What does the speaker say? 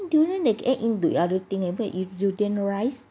durian can add into other thing in fact durian rice